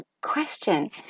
question